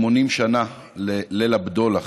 לציון 80 שנה לליל הבדולח.